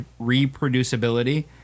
reproducibility